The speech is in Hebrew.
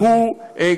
אדוני.